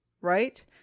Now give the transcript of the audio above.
right